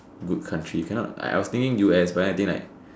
good country you cannot I was thinking U_S but then I think like